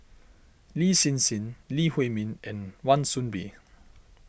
Lin Hsin Hsin Lee Huei Min and Wan Soon Bee